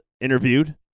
interviewed